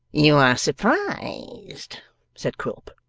you are surprised said quilp.